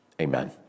amen